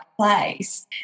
place